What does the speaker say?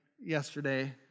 yesterday